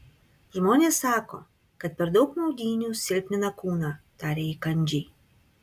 žmonės sako kad per daug maudynių silpnina kūną tarė ji kandžiai